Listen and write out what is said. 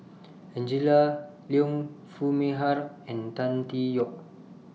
Angela Liong Foo Mee Har and Tan Tee Yoke